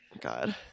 God